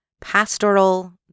pastoral